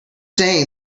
saying